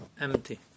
empty